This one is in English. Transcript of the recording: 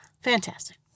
Fantastic